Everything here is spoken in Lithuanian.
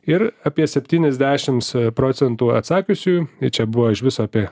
ir apie septyniasdešimts procentų atsakiusiųjų ir čia buvo iš viso apie